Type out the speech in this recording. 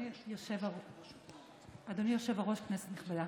כנסת נכבדה,